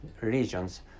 regions